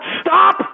Stop